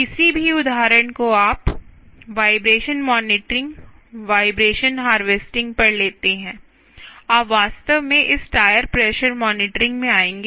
किसी भी उदाहरण को आप वाइब्रेशन मॉनिटरिंग वाइब्रेशन हार्वेस्टिंग पर लेते हैं आप वास्तव में इस टायर प्रेशर मॉनिटरिंग में आएंगे